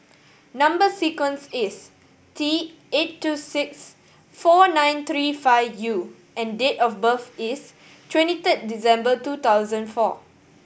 number sequence is T eight two six four nine three five U and date of birth is twenty third December two thousand four